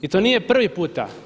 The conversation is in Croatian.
I to nije prvi puta.